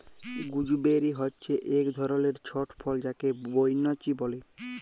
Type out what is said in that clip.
gooseberry হচ্যে এক ধরলের ছট ফল যাকে বৈনচি ব্যলে